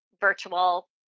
virtual